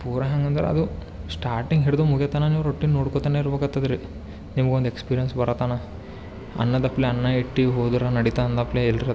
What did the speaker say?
ಪೂರ ಹೆಂಗಂದ್ರೆ ಅದು ಸ್ಟಾಟಿಂಗ್ ಹಿಡಿದು ಮುಗಿಯೋತನಕ ನೀವು ರೊಟ್ಟಿನ ನೋಡ್ಕೊತಾನೆ ಇರ್ಬೇಕಾತದ್ರಿ ನಿಮ್ಗೊಂದು ಎಕ್ಸ್ಪೀರಿಯನ್ಸ್ ಬರೋತನಕ ಅನ್ನ ತಪ್ಲೆ ಅನ್ನಇಟ್ಟು ಹೋದ್ರೆ ನಡಿತು ಅಂದಪ್ಲೇ ಇಲ್ರಿ ಅದು